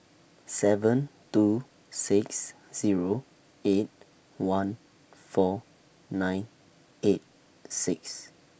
seven two six Zero eight one four nine eight six